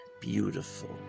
Beautiful